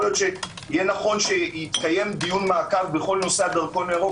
יכול להיות שיתקיים דיון מעקב בכל נושא הדרכו הירוק